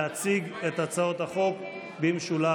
להציג את הצעות החוק במשולב.